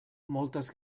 moltes